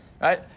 Right